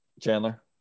Chandler